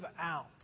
out